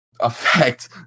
effect